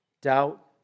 doubt